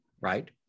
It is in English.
right